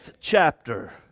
chapter